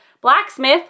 Blacksmith